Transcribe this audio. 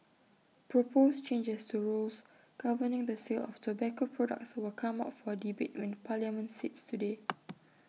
proposed changes to rules governing the sale of tobacco products will come up for debate when parliament sits today